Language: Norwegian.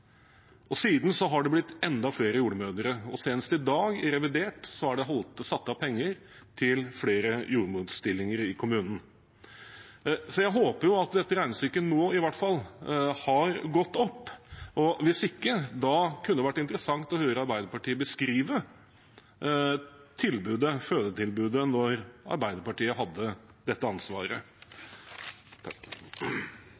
Siden har det blitt enda flere jordmødre, og senest i dag, i revidert, er det satt av penger til flere jordmorstillinger i kommunene. Så jeg håper at dette regnestykket nå, i hvert fall, har gått opp. Hvis ikke kunne det vært interessant å høre Arbeiderpartiet beskrive fødetilbudet da Arbeiderpartiet hadde dette ansvaret.